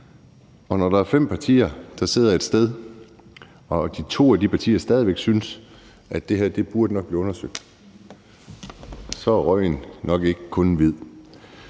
Og når der er fem partier, der sidder et sted, og de to af de partier stadig væk synes, at det her nok burde blive undersøgt, så er røgen nok ikke kun hvid.